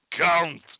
count